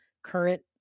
Current